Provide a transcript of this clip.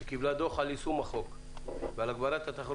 היא קיבלה דוח על יישום החוק ועל הגברת תחרות